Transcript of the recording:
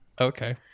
Okay